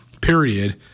period